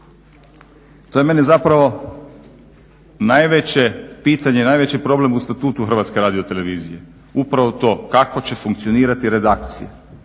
To je meni zapravo najveće pitanje, najveći problem u statutu HRT-a, upravo to kako će funkcionirati redakcija,